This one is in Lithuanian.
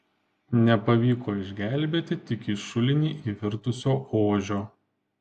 nepavyko išgelbėti tik į šulinį įvirtusio ožio